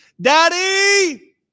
Daddy